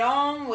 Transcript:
on